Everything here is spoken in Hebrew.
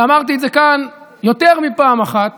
ואמרתי את זה כאן יותר מפעם אחת,